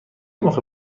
موقع